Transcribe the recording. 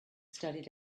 studied